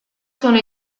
sono